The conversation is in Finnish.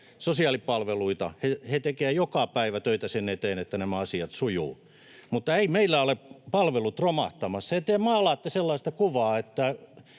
sosiaalipalveluita — tekevät joka päivä töitä sen eteen, että nämä asiat sujuvat. Mutta eivät meillä ole palvelut romahtamassa, ja te maalaatte sellaista kuvaa, että